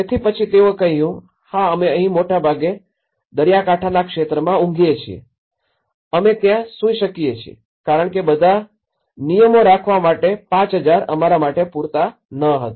તેથી પછી તેઓએ કહ્યું હા અમે અહીં મોટે ભાગે દરિયાકાંઠાના ક્ષેત્રમાં ઉંઘીયે છીએ અમે ત્યાં સૂઈ શકીએ છીએ કારણ કે બધા નિયમો રાખવા માટે ૫૦૦૦ અમારા માટે પૂરતા ન હતા